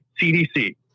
CDC